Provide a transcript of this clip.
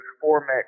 format